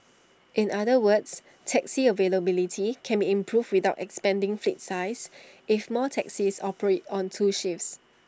in other words taxi availability can be improved without expanding fleet size if more taxis operate on two shifts